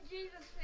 Jesus